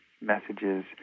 messages